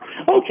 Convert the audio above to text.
Okay